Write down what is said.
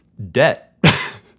debt